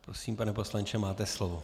Prosím, pane poslanče, máte slovo.